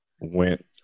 went